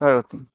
करोति